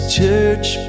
church